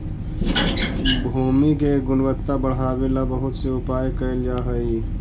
भूमि के गुणवत्ता बढ़ावे ला बहुत से उपाय कैल जा हई